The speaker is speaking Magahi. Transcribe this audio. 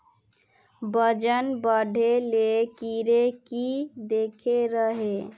वजन बढे ले कीड़े की देके रहे?